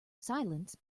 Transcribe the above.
silence